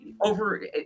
over